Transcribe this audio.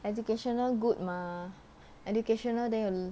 educational good mah educational day